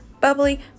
bubbly